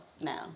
now